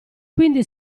quindi